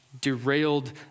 derailed